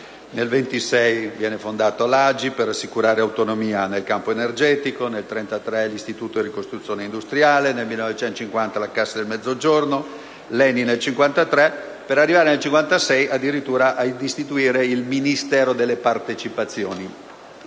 nel 1926 viene fondata l'AGIP per assicurare autonomia nel campo energetico; nel 1933 l'Istituto per la ricostruzione industriale; nel 1950 la Cassa per il Mezzogiorno; l'ENI nel 1953, per arrivare nel 1956 addirittura ad istituire il Ministero delle partecipazioni